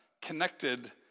connected